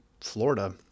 Florida